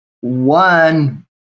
one